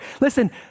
listen